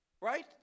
right